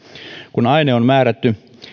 kun aine on määritelty